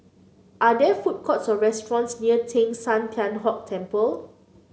are there food courts or restaurants near Teng San Tian Hock Temple